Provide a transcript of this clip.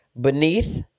beneath